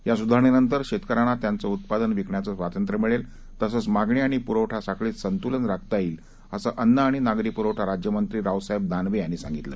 या सुधारणेनंतर शेतकऱ्यांना त्यांचं उत्पादन विकण्याचं स्वातंत्र्य मिळेल तसंच मागणी आणि पुरवठा साखळीत संतूलन राखता येईल असं अन्न अणि नागरी पुरवठा राज्यमंत्री रावसाहेब दानवे यांनी सांगितलं